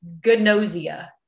Gnosia